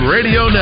Radio